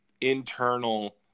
internal